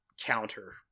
counter